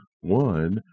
One